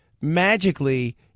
magically